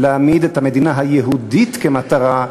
להעמיד את המדינה היהודית כמטרה,